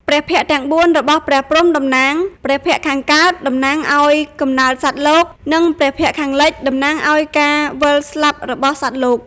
ព្រះភ័ក្ត្រទាំង៤ របស់ព្រះព្រហ្មតំណាង ព្រះភ័ក្ត្រខាងកើត តំណាងឱ្យកំណើតសត្វលោក និង ព្រះភ័ក្ត្រខាងលិច តំណាងឱ្យការវិលស្លាប់របស់សត្វលោក។។